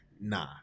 Nah